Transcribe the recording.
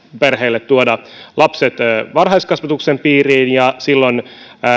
perheille tuoda lapset varhaiskasvatuksen piiriin ja silloin